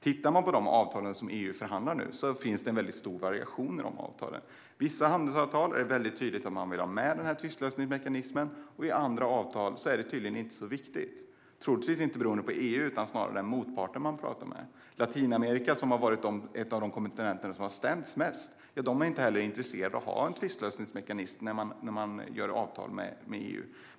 Det finns en stor variation i de avtal som EU förhandlar om nu. I vissa handelsavtal är det tydligt att man vill ha med tvistlösningsmekanismen, men i andra avtal är det tydligen inte så viktigt, troligtvis inte beroende på EU utan snarare på den motpart man pratar med. Latinamerika, som är en av de kontinenter som haft flest stämningar, är inte intresserade av att ha en tvistlösningsmekanism när de träffar avtal med EU.